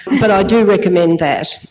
but i do recommend that.